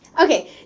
Okay